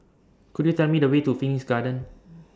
Could YOU Tell Me The Way to Phoenix Garden